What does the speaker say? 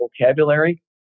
vocabulary